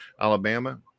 Alabama